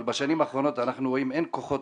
אבל בשנים האחרונות אנחנו רואים כוחות